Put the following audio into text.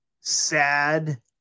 sad